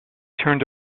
turned